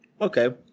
Okay